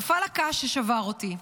נפל הקש ששבר אותי,